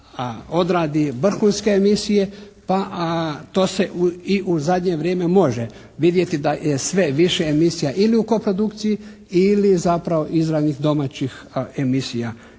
odradi vrhunske emisije a to se i u zadnje vrijeme može vidjeti da je sve više emisija ili u koprodukciji ili zapravo izravnih domaćih emisija.